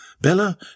Bella